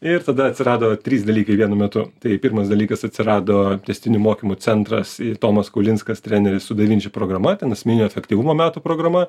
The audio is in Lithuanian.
ir tada atsirado trys dalykai vienu metu tai pirmas dalykas atsirado tęstinių mokymų centras tomas kaulinskas treneris su davinci programa ten esminio efektyvumo metų programa